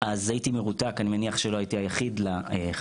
אז הייתי מרותק, אני מניח שלא הייתי היחיד לחדשות,